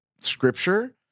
scripture